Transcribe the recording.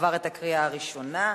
התשע"ב 2011,